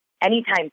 anytime